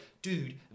Dude